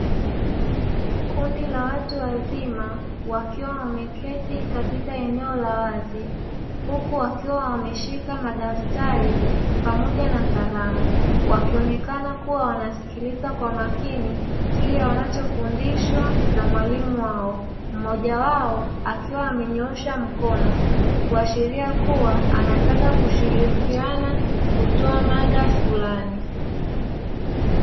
Kundi la watu wazima wakiwa wameketi katika eneo la wazi huku wakiwa wameshika madaftari pamoja na kalamu wakionekana kuwa wanasikiliza kwa makini kile wanachofundishwa na mwalimu wao. Mmoja wao akiwa amenyoosha mkono kuashiria kuwa anataka kushirikiana kutoa maada fulani.